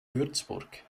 würzburg